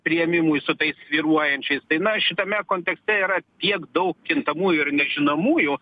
priėmimui su tais svyruojančiais tai na šitame kontekste yra tiek daug kintamųjų ir nežinomųjų